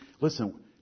Listen